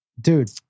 dude